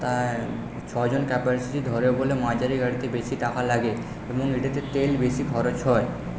তাই ছজন ক্যাপাসিটি ধরে বলে মাঝারি গাড়িতে বেশি টাকা লাগে এবং এটাতে তেল বেশি খরচ হয়